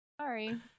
sorry